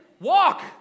Walk